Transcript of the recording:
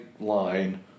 line